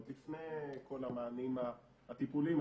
עוד לפני כל המענים הטיפוליים.